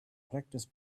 practice